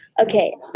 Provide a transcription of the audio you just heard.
Okay